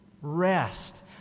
rest